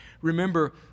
Remember